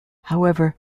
however